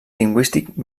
lingüístic